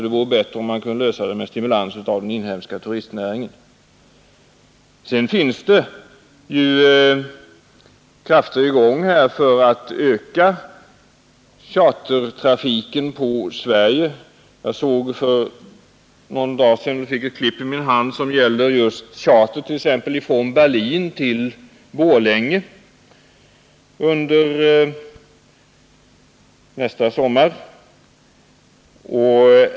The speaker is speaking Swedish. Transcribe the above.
Det vore bättre om man kunde lösa problemen genom stimulans av den inhemska turistnäringen. Det finns dessutom krafter i gång för att öka chartertrafiken på Sverige. Jag fick för någon dag sedan — bara som ett exempel — ett klipp i min hand som gällde just charter från Berlin till Borlänge under nästa sommar.